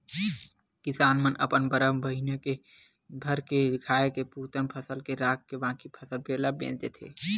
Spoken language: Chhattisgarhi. किसान मन अपन बारा महीना भर के खाए के पुरतन फसल ल राखके बाकी फसल ल बेच देथे